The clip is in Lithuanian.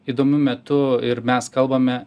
įdomiu metu ir mes kalbame